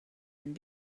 hem